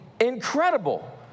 incredible